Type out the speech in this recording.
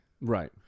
Right